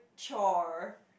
chore